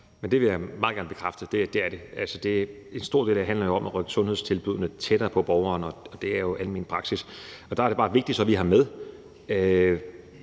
Det vil jeg meget gerne bekræfte at det er. Altså, en stor del af det handler jo om at rykke sundhedstilbuddene tættere på borgerne, og det er jo almen praksis, og nu taler vi om almen